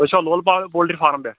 تُہۍ چھوا لول پار پولٹٕرِی فارم پٮ۪ٹھ